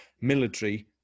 military